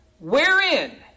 wherein